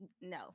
no